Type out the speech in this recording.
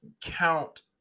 count